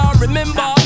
remember